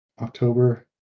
october